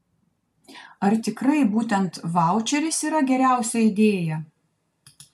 ar tikrai būtent vaučeris yra geriausia idėja